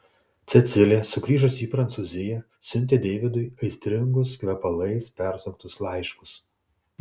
cecilė sugrįžusi į prancūziją siuntė deividui aistringus kvepalais persunktus laiškus